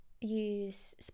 use